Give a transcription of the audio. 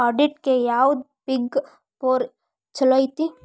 ಆಡಿಟ್ಗೆ ಯಾವ್ದ್ big four ಚಲೊಐತಿ?